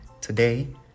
today